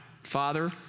Father